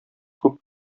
күп